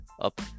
up